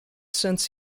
since